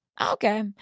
okay